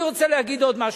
אני רוצה להגיד עוד משהו,